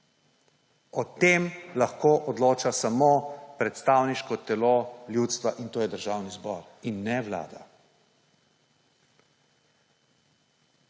O tem lahko odloča samo predstavniško telo ljudstva, in to je državni zbor in ne vlada.